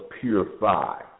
purify